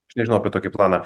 aš nežinau apie tokį planą